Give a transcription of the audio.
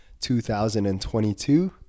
2022